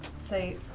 say